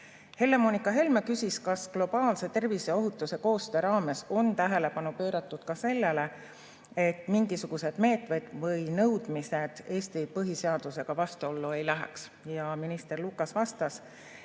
Helle-Moonika Helme küsis, kas globaalse terviseohutuse koostöö raames on tähelepanu pööratud ka sellele, et mingisugused meetmed või nõudmised Eesti põhiseadusega vastuollu ei läheks. Minister Lukas vastas, et